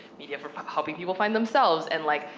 media for helping people find themselves, and, like,